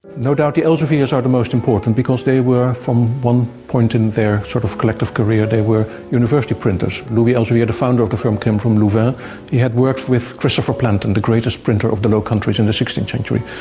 no doubt the elseviers are the most important and because they were, from one point in their sort of collective career they were university printers. louis elsevier, the founder of the firm came from louvain, he had worked with christopher plantin, the greatest printer of the low countries in the sixteenth century.